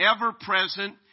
ever-present